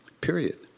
Period